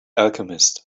alchemist